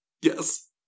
Yes